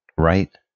Right